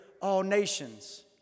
all-nations